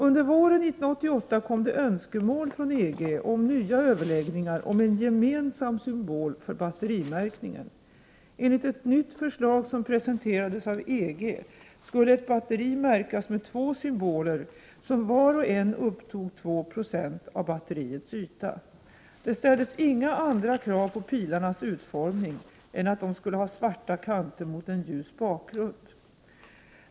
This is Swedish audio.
Under våren 1988 kom det önskemål från EG om nya överläggningar om en gemensam symbol för batterimärkningen. Enligt ett nytt förslag som presenterades av EG skulle ett batteri märkas med två symboler som var och en upptog 2 Ze av batteriets yta. Det ställdes inga andra krav på pilarnas utformning än att de skulle ha svarta kanter mot en ljus bakgrund.